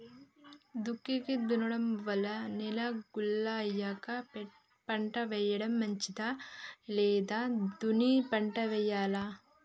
దుక్కి దున్నడం వల్ల నేల గుల్ల అయ్యాక పంట వేయడం మంచిదా లేదా దున్ని పంట వెయ్యాలా?